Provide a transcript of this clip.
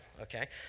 okay